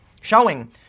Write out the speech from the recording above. showing